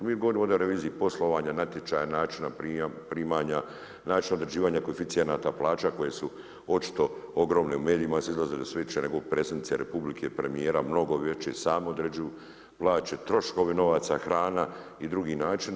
Mi govorimo o reviziji poslovanja, natječaja, načina primanja, načina određivanja koeficijenata plaća koje su očito ogromne, u medijima izlazi da su veće nego Predsjednice Republike, premijera, mnogo veće, sami određuju plaće, troškovi novaca, hrana i drugi načini.